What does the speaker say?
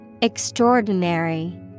Extraordinary